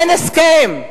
אין הסכם,